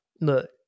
Look